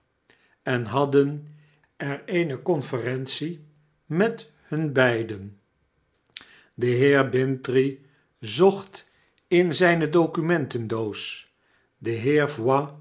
en hadden er eene conferentie met hun beiden de heer bintrey zocht in zpe documenten-doos de